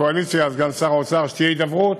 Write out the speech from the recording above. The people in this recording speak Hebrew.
הקואליציה וסגן שר האוצר שתהיה הידברות,